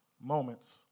moments